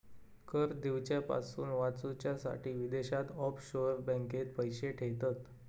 कर दिवच्यापासून वाचूच्यासाठी विदेशात ऑफशोअर बँकेत पैशे ठेयतत